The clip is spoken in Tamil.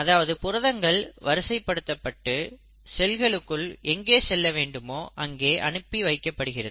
அதாவது புரதங்கள் வரிசைப்படுத்தப்பட்டு செல்களுக்குள் எங்கே செல்ல வேண்டுமோ அங்கே அனுப்பி வைக்கப்படுகிறது